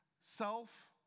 self